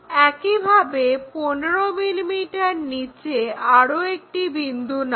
একইভাবে 15 mm নিচে আরো একটি বিন্দু নাও